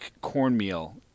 cornmeal